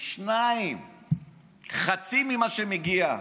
שניים, חצי ממה שמגיע.